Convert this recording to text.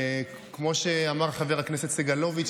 כמו שאמר חבר הכנסת סגלוביץ',